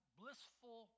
blissful